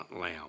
lamb